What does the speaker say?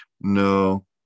No